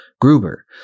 Gruber